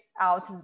out